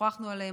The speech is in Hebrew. ושוחחנו עליהן,